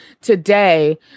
today